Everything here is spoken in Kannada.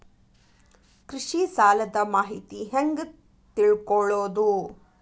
ಕೃಷಿ ಸಾಲದ ಮಾಹಿತಿ ಹೆಂಗ್ ತಿಳ್ಕೊಳ್ಳೋದು?